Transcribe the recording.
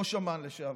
ראש אמ"ן לשעבר.